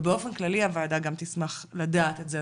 ובאופן כללי הוועדה גם תשמח לדעת את זה,